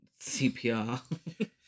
CPR